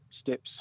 steps